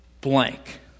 blank